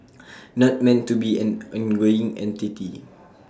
not meant to be an ongoing entity